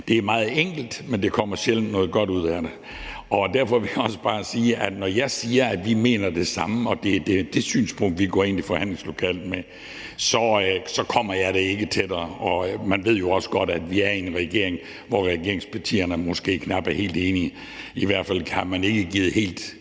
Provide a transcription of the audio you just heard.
Det er meget enkelt, men der kommer sjældent noget godt ud af det. Derfor vil jeg også bare sige, at når jeg siger, at vi mener det samme, og at det er det synspunkt, vi går ind i forhandlingslokalet med, kommer jeg det ikke tættere. Man ved jo også godt, at vi er i en regering, hvor regeringspartierne måske knap er helt enige, i hvert fald har man ikke givet helt